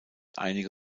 einige